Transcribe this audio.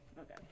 Okay